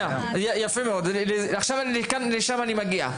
יפה מאוד, לשם אני מגיע עכשיו.